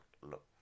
look